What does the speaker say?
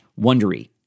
wondery